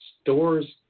Stores